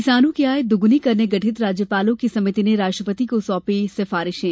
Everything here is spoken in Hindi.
किसानों की आय दुगनी करने गठित राज्यपालों की समिति ने राष्ट्रपति को सौंपी सिफारिशें